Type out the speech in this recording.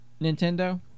Nintendo